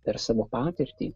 per savo patirtį